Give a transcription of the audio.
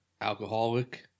alcoholic